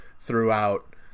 throughout